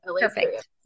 Perfect